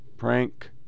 Prank